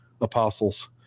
apostles